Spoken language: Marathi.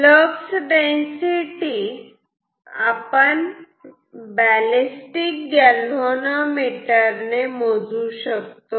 फ्लक्स डेन्सिटी आपण बॅलेस्टिक गॅलव्हॅनोमीटर मोजू शकतो